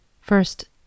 first